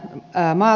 tämä